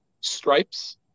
Stripes